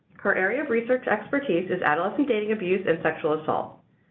her area of research expertise is adolescent dating abuse and sexual assault.